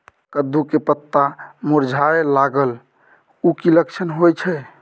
कद्दू के पत्ता मुरझाय लागल उ कि लक्षण होय छै?